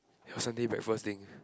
Sunday breakfast thing